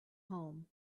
home